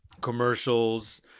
commercials